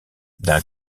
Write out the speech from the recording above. d’un